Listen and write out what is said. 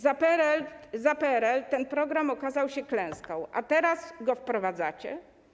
Za PRL ten program okazał się klęską, a teraz go wprowadzacie?